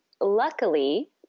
luckily